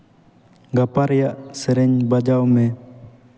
ᱜᱟᱯᱟ ᱨᱮᱭᱟᱜ ᱥᱮᱨᱮᱧ ᱵᱟᱡᱟᱣ ᱢᱮ